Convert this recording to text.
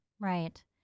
Right